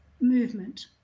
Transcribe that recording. movement